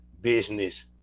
business